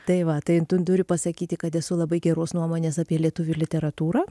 tai va tai tu turiu pasakyti kad esu labai geros nuomonės apie lietuvių literatūrą